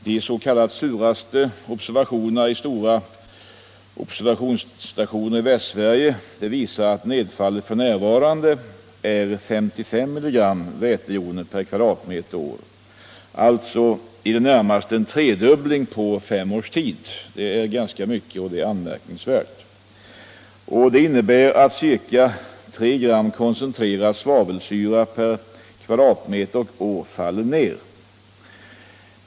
De ”suraste” observationerna i stora - Nr 122 observationsstationer i Västsverige visar att nedfallet f. n. är 55 mg vätejoner Tisdagen den per m? och år — alltså i det närmaste en tredubbling på fem års tid. Det 11 maj 1976 är ganska mycket, och det är anmärkningsvärt. Detta innebär att ca 3 gam —— koncentrerad svavelsyra per m? och år faller ner.